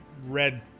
red